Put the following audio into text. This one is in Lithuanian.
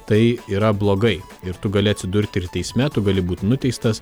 tai yra blogai ir tu gali atsidurt ir teisme tu gali būt nuteistas